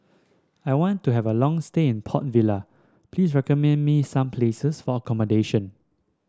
I want to have a long stay in Port Vila please recommend me some places for accommodation